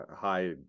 high